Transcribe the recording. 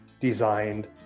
designed